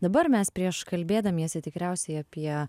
dabar mes prieš kalbėdamiesi tikriausiai apie